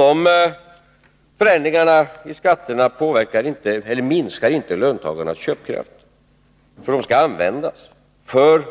Dessa förändringar i skatterna minskar inte löntagarnas köpkraft utan de skall användas för